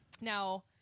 Now